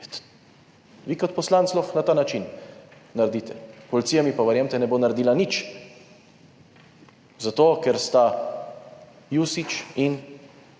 Vi kot poslanec lahko na ta način naredite. Policija, mi pa verjemite, ne bo naredila nič, zato ker sta Jusić in